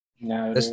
No